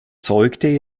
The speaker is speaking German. zeugte